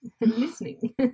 listening